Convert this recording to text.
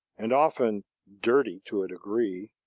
and often dirty to a degree.